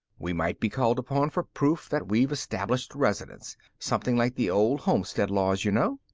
we might be called upon for proof that we've established residence. something like the old homestead laws, you know.